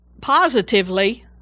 positively